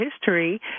history